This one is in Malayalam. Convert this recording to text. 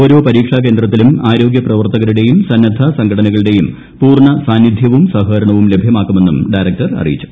ഓരോ പരീക്ഷ കേന്ദ്രത്തിലും ആരോഗ്യ പ്രവർത്തകരുടെയും സന്നദ്ധ സംഘടനകളുടെയും പൂർണ്ണ സാന്നിധ്യവും സഹകരണവും ലഭ്യമാക്കുമെന്നും ഡയറക്ടർ അറിയിച്ചു